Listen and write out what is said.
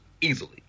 easily